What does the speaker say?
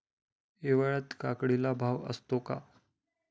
हिवाळ्यात काकडीला भाव असतो का?